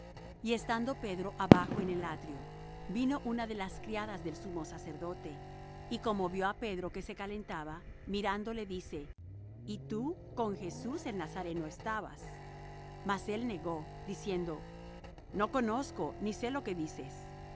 y estando pedro abajo en el atrio vino una de las criadas del sumo sacerdote y como vió á pedro que se calentaba mirándole dice y tú con jesús el nazareno estabas mas él negó diciendo no conozco ni sé lo que dices